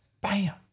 Bam